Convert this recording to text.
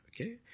Okay